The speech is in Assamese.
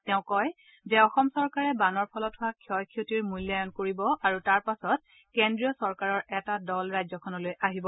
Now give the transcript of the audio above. তেওঁ কয় যে অসম চৰকাৰে বানৰ ফলত হোৱা ক্ষয় ক্ষতিৰ মূল্যায়ন কৰিব আৰু তাৰ পাছত কেন্দ্ৰীয় চৰকাৰৰ এটা দল ৰাজ্যখনলৈ আহিব